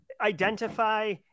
identify